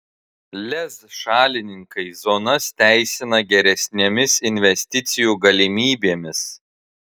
lez šalininkai zonas teisina geresnėmis investicijų galimybėmis